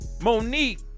Monique